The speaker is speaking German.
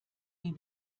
wie